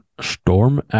storm